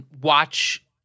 watch